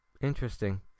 interesting